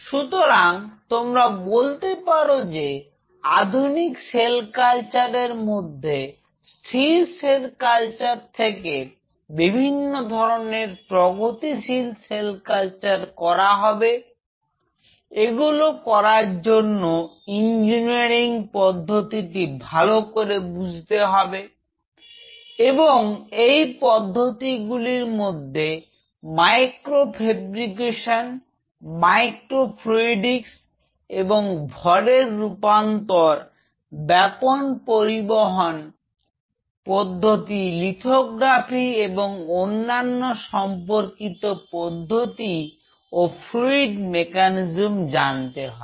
সুতরাং তোমরা বলতে পারো যে আধুনিক সেল কালচার এর মধ্যে স্থির সেল কালচার থেকে বিভিন্ন ধরনের প্রগতিশীল সেল কালচার করা হবে এগুলো করার জন্য ইঞ্জিনিয়ারিং পদ্ধতি ভালো করে বুঝতে হবে এবং এই পদ্ধতি গুলির মধ্যে মাইক্রো ফেব্রিকেশন মাইক্রো ফ্রুইটিক্স এবং ভরের রূপান্তর ব্যাপন পরিবহন পদ্ধতি লিথোগ্রাফি এবং অন্যান্য সম্পর্কিত পদ্ধতি ও ফ্লুইড মেকানিজম জানতে হবে